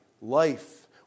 life